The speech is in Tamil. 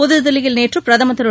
புதுதில்லியில் நேற்று பிரதமர் திரு